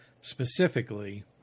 specifically